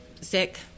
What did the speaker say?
sick